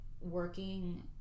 working